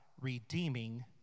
redeeming